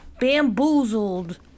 Bamboozled